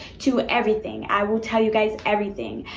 to everything. i will tell you guys everything.